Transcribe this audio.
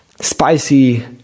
spicy